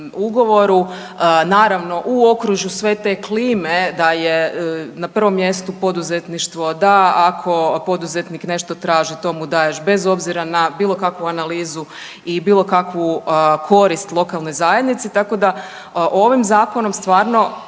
ugovoru, naravno u okružju sve te klime da je na prvom mjestu poduzetništvo, da ako poduzetnik nešto traži to mu daješ bez obzira na bilo kakvu analizu i bilo kakvu korist lokalne zajednice tako da ovim zakonom stvarno